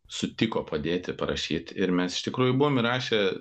sutiko padėti parašyt ir mes iš tikrųjų buvom įrašę